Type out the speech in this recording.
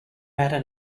matter